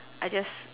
I just